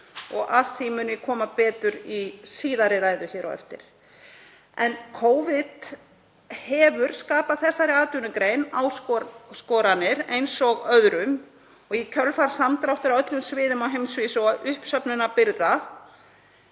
Að því mun ég koma betur í síðari ræðu hér á eftir. En Covid hefur skapað þessari atvinnugrein áskoranir eins og öðrum í kjölfar samdráttar á öllum sviðum á heimsvísu og uppsöfnunar birgða,